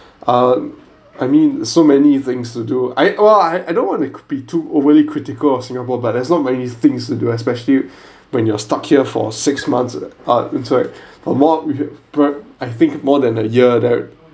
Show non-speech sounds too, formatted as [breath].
uh I mean so many things to do I well I I don't want to be too overly critical of singapore but there's not many things to do especially [breath] when you're stuck here for six months err sorry or more w~ pro~ I think more than a year there